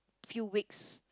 few weeks